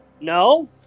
No